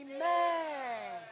Amen